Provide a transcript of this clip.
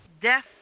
death